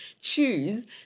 choose